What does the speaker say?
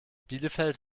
bielefeld